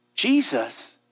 Jesus